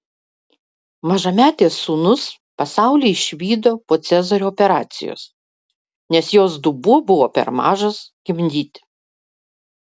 mažametės sūnus pasaulį išvydo po cezario operacijos nes jos dubuo buvo per mažas gimdyti